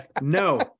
no